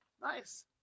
Nice